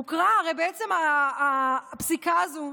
הרי בעצם הפסיקה הזו,